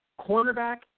cornerback